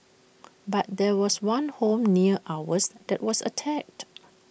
but there was one home near ours that was attacked